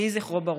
יהי זכרו ברוך.